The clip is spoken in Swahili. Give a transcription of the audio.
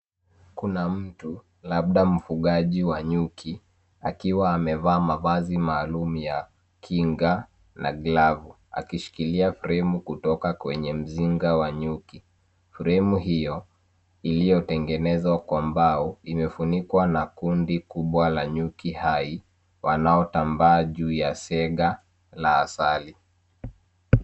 Kuna mtu labda mfugaji wa nyuki, akiwa amevaa mavazi maalum ya kinga na glavu, akishikilia fremu kutoka kwenye mzinga wa nyuki. Fremu hiyo iliyotengenezwa kwa mbao, imefunikwa na kundi kubwa la nyuki hai wanaotambaa juu ya sega la asali.